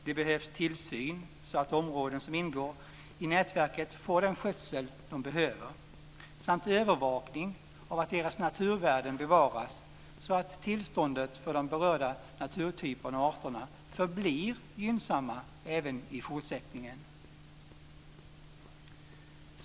Det behövs tillsyn så att områden som ingår i nätverket får den skötsel de behöver samt övervakning av att deras naturvärden bevaras så att tillståndet för de berörda naturtyperna och arterna förblir gynnsamma även i fortsättningen.